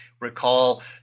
Recall